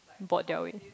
brought their way